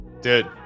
Dude